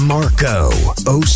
Marco